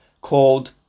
called